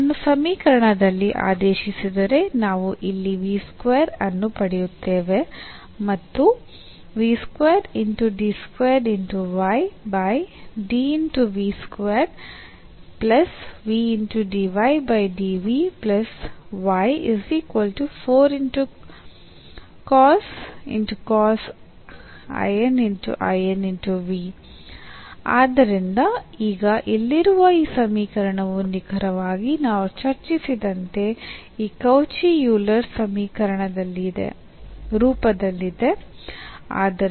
ನಾವು ಇದನ್ನು ಸಮೀಕರಣದಲ್ಲಿ ಆದೇಶಿಸಿದರೆ ನಾವು ಇಲ್ಲಿ v ಸ್ಕ್ವೇರ್ ಅನ್ನು ಪಡೆಯುತ್ತೇವೆ ಮತ್ತು ಆದ್ದರಿಂದ ಈಗ ಇಲ್ಲಿರುವ ಈ ಸಮೀಕರಣವು ನಿಖರವಾಗಿ ನಾವು ಚರ್ಚಿಸಿದಂತೆ ಈ ಕೌಚಿ ಯೂಲರ್ ರೂಪದಲ್ಲಿದೆ